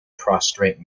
prostrate